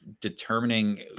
determining